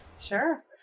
Sure